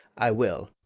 i will.